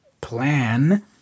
plan